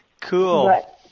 Cool